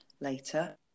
later